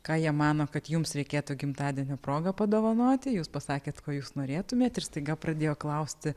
ką jie mano kad jums reikėtų gimtadienio proga padovanoti jūs pasakėt ko jūs norėtumėt ir staiga pradėjo klausti